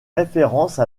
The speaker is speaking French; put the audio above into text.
référence